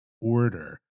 order